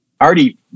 already